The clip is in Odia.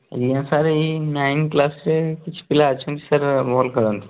ଆଜ୍ଞା ସାର୍ ଏଇ ନାଇନ୍ କ୍ଲାସ୍ରେ କିଛି ପିଲା ଅଛନ୍ତି ସାର୍ ଭଲ ଖେଳନ୍ତି